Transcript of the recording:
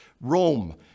Rome